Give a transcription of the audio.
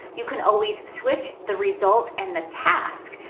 you can always switch the result and the task.